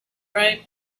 right